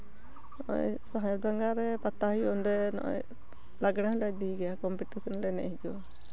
ᱱᱚᱜᱼᱚᱭ ᱥᱟᱦᱮᱵᱰᱟᱸᱜᱟ ᱨᱮ ᱯᱟᱛᱟ ᱦᱩᱭᱩᱜ ᱚᱸᱰᱮ ᱱᱚᱜᱼᱚᱭ ᱞᱟᱜᱽᱬᱮ ᱦᱚᱸᱞᱮ ᱤᱫᱤᱭ ᱜᱮᱭᱟ ᱠᱚᱢᱯᱤᱴᱤᱥᱮᱱ ᱞᱮ ᱮᱱᱮᱡ ᱦᱤᱡᱩᱜᱼᱟ